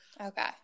Okay